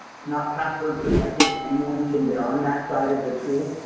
it's not password protected, anyone can get on that side of the tool,